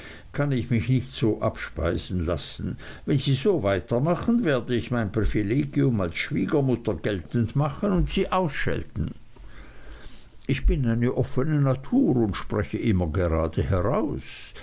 kann ich mich nicht so abspeisen lassen wenn sie so weiter machen werde ich mein privilegium als schwiegermutter geltend machen und sie ausschelten ich bin eine offene natur und spreche immer gerade heraus